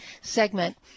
segment